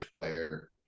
player